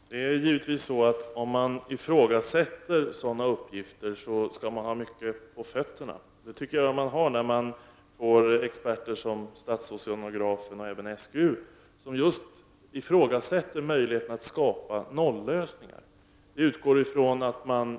Herr talman! Det är givetvis så att om man ifrågasätter sådana uppgifter skall man ha mycket på fötterna. Det tycker jag att man har när experter som statsoceanografen och även SGU just ifrågasätter möjligheterna att skapa nollösningar. Jag utgår från att man